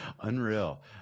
Unreal